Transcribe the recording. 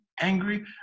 angry